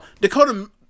Dakota